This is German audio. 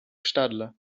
stadler